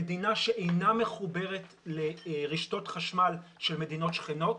מדינה שאינה מחוברת לרשתות חשמל של מדינות שכנות,